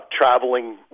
traveling